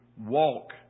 walk